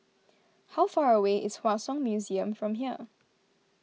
how far away is Hua Song Museum from here